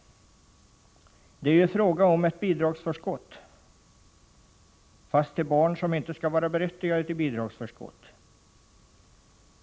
Det är ju fråga om bidragsförskott — fast till barn som inte skall vara berättigade till bidragsförskott!